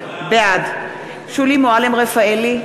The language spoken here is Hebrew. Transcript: בעד שולי מועלם-רפאלי,